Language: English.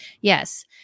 Yes